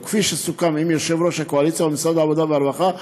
וכפי שסוכם עם יושב-ראש הקואליציה ומשרד העבודה והרווחה,